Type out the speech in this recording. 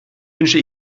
wünsche